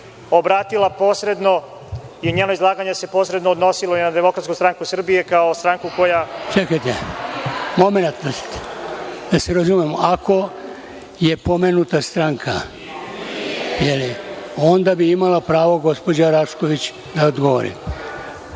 obratila posredno i njeno izlaganje se posredno odnosilo i na DSS, kao stranku koja … **Dragoljub Mićunović** Čekajte, momenat, da se razumemo, ako je pomenuta stranka, onda bi imala pravo gospođa Rašković da odgovori.